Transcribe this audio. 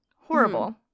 horrible